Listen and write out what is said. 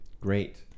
great